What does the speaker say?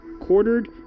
quartered